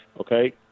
okay